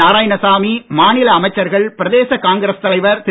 நாராயணசாமி மாநில அமைச்சர்கள் பிரதேச காங்கிரஸ் தலைவர் திரு